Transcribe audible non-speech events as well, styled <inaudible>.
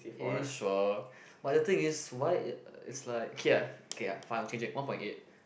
it is sure but the thing is why <noise> is like okay ah okay ah fine I'll change it one point eight